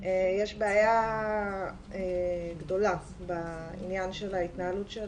שיש בעיה גדולה בעניין של ההתנהלות של